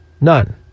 None